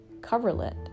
coverlet